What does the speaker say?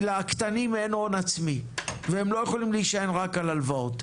כי לקטנים אין הון עצמי והם לא יכולים להישען רק על הלוואות,